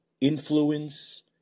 influence